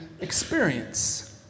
experience